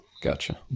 Gotcha